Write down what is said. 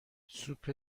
سوپ